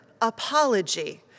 apology